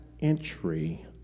entry